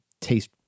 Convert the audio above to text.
taste